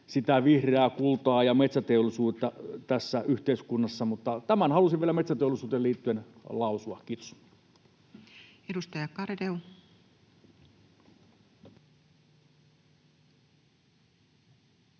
sitä vihreää kultaa ja metsäteollisuutta tässä yhteiskunnassa. Tämän halusin vielä metsäteollisuuteen liittyen lausua. — Kiitos.